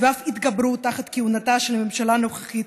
ואף התגברו תחת כהונתה של הממשלה הנוכחית,